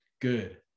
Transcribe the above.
good